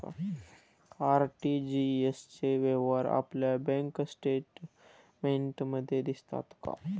RTGS चे व्यवहार आपल्या बँक स्टेटमेंटमध्ये दिसतात का?